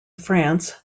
france